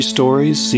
Stories